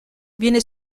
viene